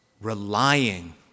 relying